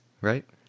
right